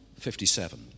57